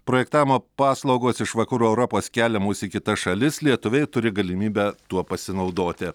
projektavimo paslaugos iš vakarų europos keliamos į kitas šalis lietuviai turi galimybę tuo pasinaudoti